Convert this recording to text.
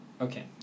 Okay